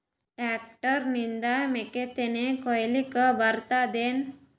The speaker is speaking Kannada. ಟ್ಟ್ರ್ಯಾಕ್ಟರ್ ನಿಂದ ಮೆಕ್ಕಿತೆನಿ ಕೊಯ್ಯಲಿಕ್ ಬರತದೆನ?